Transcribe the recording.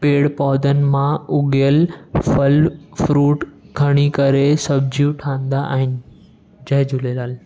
पेड़ पौधनि मां उगियल फल फ्रूट खणी करे सब्जियूं ठांहींदा आहिनि जय झूलेलाल